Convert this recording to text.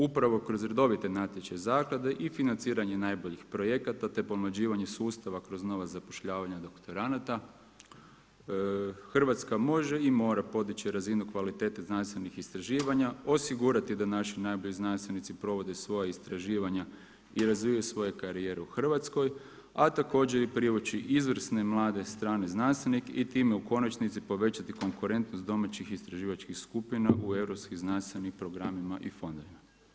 Upravo kroz redovite natječaje zaklade i financiranje najboljih projekata te pomlađivanje sustava kroz novac zapošljavanja doktoranata, Hrvatska može i mora podići razinu kvalitete znanstvenih istraživanja, osigurati da naši najbolji znanstvenici provode svoja istraživanja i razvijaju svoje karijere u Hrvatskoj, a također i privući izvrsne mlade strane znanstvenike i time u konačnici povećati konkurentnost domaćih istraživačkih skupina u europski znanstvenim programima i fondovima.